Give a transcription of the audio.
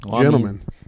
Gentlemen